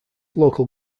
local